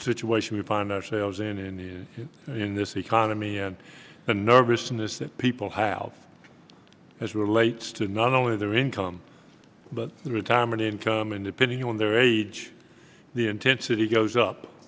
situation we find ourselves in in the in this economy and the nervousness that people have as relates to not only their income but their retirement income and depending on their age the intensity goes up